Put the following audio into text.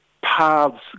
paths